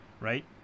right